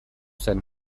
zen